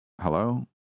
Hello